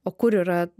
o kur yra